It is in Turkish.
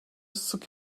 sık